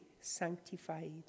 sanctified